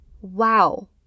Wow